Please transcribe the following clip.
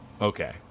okay